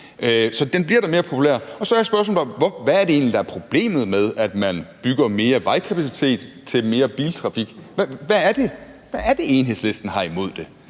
Så den bliver da mere populær. Så er spørgsmålet: Hvad er det egentlig, der er problemet med, at man bygger mere vejkapacitet til mere biltrafik? Hvad er det, Enhedslisten har imod det?.